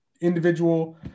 individual